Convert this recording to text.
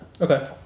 Okay